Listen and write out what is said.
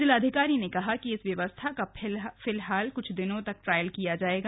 जिलाधिकारी ने कहा कि इस व्यवस्था का फिलहाल कुछ दिनों तक ट्रायल किया जाएगा